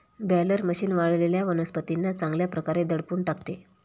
baler machine वाळलेल्या वनस्पतींना चांगल्या प्रकारे दडपून टाकते